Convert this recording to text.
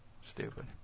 stupid